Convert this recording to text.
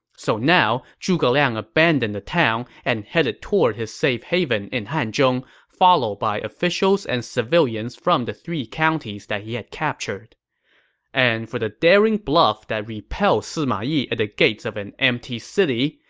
so now, zhuge liang abandoned the town and headed toward his safehaven in hanzhong, followed by officials and civilians from the three counties that he had captured and for the daring bluff that repelled sima yi at the gates of an empty city,